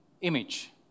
image